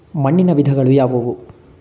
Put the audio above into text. ಮಣ್ಣಿನ ವಿಧಗಳು ಯಾವುವು?